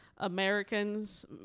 Americans